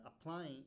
applying